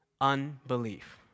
unbelief